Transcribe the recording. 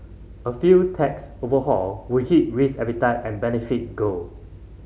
a failed tax overhaul would hit risk appetite and benefit gold